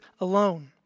alone